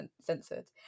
censored